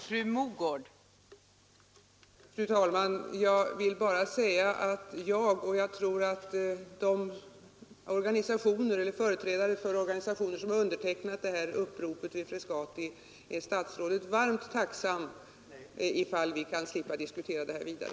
Fru talman! Jag vill bara säga att jag — och jag tror även företrädarna för de organisationer som har undertecknat uppropet vid Frescati — blir statsrådet varmt tacksamma om vi kan slippa att diskutera denna fråga vidare.